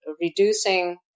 reducing